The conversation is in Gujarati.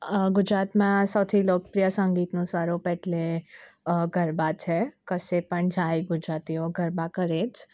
આ ગુજરાતમાં સૌથી લોકપ્રિય સંગીતનું સ્વરૂપ એટલે ગરબા છે કશે પણ જાય ગુજરાતીઓ ગરબા કરે જ